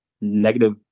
negative